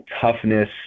toughness